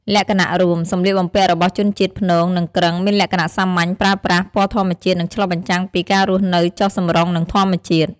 លក្ខណៈរួម: សម្លៀកបំពាក់របស់ជនជាតិព្នង និងគ្រឹង មានលក្ខណៈ សាមញ្ញ ប្រើប្រាស់ ពណ៌ធម្មជាតិ និងឆ្លុះបញ្ចាំងពី ការរស់នៅចុះសម្រុងនឹងធម្មជាតិ។